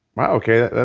wow. okay.